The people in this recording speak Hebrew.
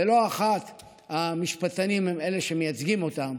ולא אחת המשפטנים הם אלה שמייצגים אותם.